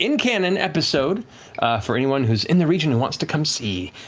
in-canon episode for anyone who's in the region and wants to come see.